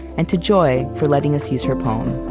and to joy for letting us use her poem.